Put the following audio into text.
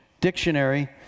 dictionary